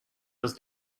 does